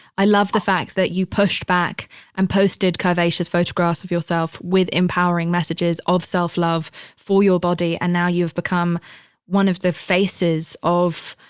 i love the fact that you pushed back and posted curvaceous photographs of yourself with empowering messages of self-love for your body. and now you've become one of the faces of,